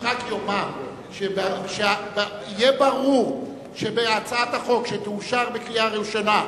אם רק יאמר שיהיה ברור שבהצעת החוק שתאושר בקריאה ראשונה,